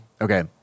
Okay